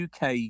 uk